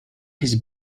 his